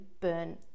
burn